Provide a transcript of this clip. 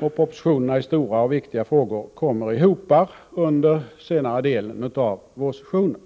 och propositionerna i stora och viktiga frågor kommer i hopar under senare delen av vårsessionen.